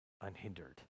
unhindered